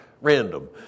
random